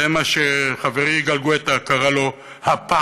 זה מה שחברי יגאל גואטה קרא לו הפער,